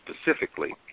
specifically